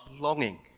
longing